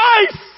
nice